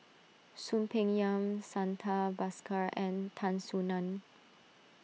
Soon Peng Yam Santha Bhaskar and Tan Soo Nan